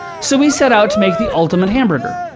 so we set out to make the ultimate hamburger.